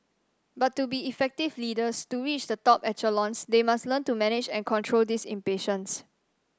but to be effective leaders to reach the top echelons they must learn to manage and control this impatience